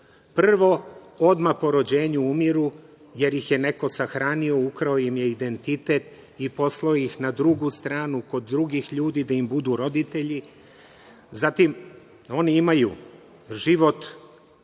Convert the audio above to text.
umiru? Prvo, odmah po rođenju umiru, jer ih je neko sahranio, ukrao im je identitet i poslao ih na drugu stranu, kod drugih ljudi da im budu roditelji. Zatim, oni imaju život